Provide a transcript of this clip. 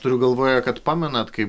turiu galvoje kad pamenat kai